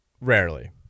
Rarely